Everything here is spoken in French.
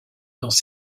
dans